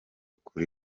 kuri